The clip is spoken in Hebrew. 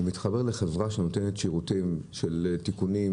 הוא מתחבר לחברה שנותנת שירותים של תיקונים,